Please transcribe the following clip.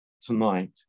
tonight